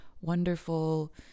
wonderful